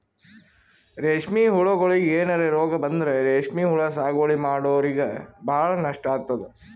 ರೇಶ್ಮಿ ಹುಳಗೋಳಿಗ್ ಏನರೆ ರೋಗ್ ಬಂದ್ರ ರೇಶ್ಮಿ ಹುಳ ಸಾಗುವಳಿ ಮಾಡೋರಿಗ ಭಾಳ್ ನಷ್ಟ್ ಆತದ್